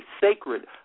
sacred